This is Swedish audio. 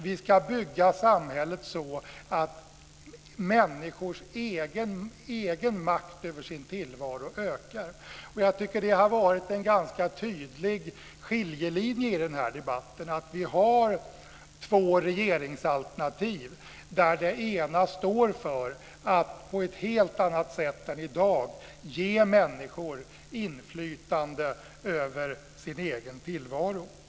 Vi ska bygga samhället så att människors egen makt över sin tillvaro ökar. Jag tycker att det har varit en ganska tydlig skiljelinje i den här debatten. Vi har två regeringsalternativ där det ena står för att på ett helt annat sätt än i dag ge människor inflytande över sin egen tillvaro.